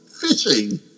Fishing